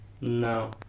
No